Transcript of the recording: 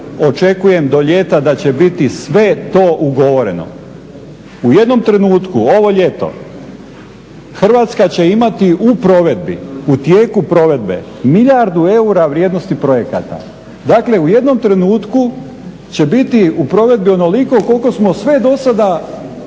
očekujem do ljeta da će biti sve to ugovoreno. U jednom trenutku ovo ljeto Hrvatska će imati u provedbi, u tijeku provedbe milijardu eura vrijednosti projekata. Dakle, u jednom trenutku će biti u provedbi onoliko koliko smo sve do sada